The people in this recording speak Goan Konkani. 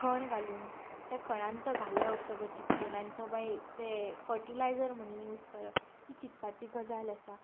खण घालून ते खणांत तें घालप सगळो चिखोल आनी तो मागीर ते फर्टीलायजर म्हणून यूझ करप ही चिंतपाची गजाल आसा